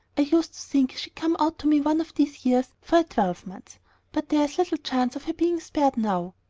i used to think she'd come out to me one of these years for a twelvemonth but there's little chance of her being spared now.